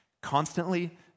Constantly